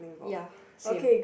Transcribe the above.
ya same